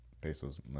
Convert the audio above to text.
Pesos